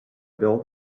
built